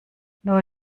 nur